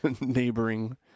Neighboring